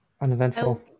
Uneventful